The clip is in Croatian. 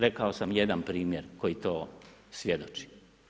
Rekao sam jedan primjer koji to svjedoči.